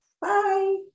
bye